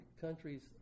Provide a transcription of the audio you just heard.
countries